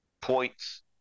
points